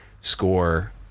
score